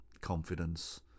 confidence